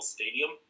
Stadium